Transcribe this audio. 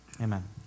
Amen